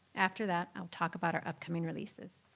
after that, i'll talk about our upcoming releases.